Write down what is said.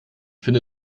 finde